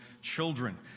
children